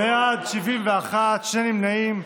בעד, 71, שני נמנעים.